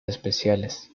especiales